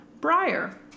Briar